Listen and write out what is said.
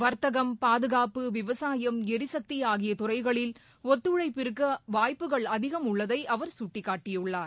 வர்த்தகம் பாதுகாப்பு விவசாயம் எரிசக்தி ஆகிய துறைகளில் ஒத்துழைப்பிற்கு வாய்ப்புகள் அதிகம் உள்ளதை அவர் சுட்டிக்காட்டியுள்ளார்